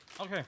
Okay